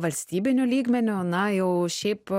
valstybiniu lygmeniu na jau šiaip